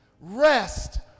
rest